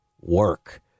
work